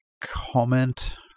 comment